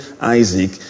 Isaac